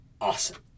awesome